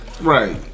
Right